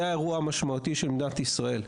זה האירוע המשמעותי של מדינת ישראל,